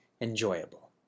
enjoyable